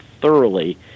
thoroughly